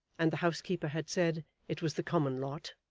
and the house-keeper had said it was the common lot,